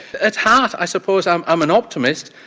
at heart, i suppose i'm i'm an optimist,